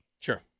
Sure